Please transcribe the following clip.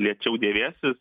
lėčiau dėvėsis